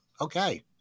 okay